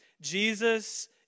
Jesus